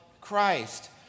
Christ